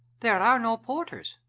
there are no porters,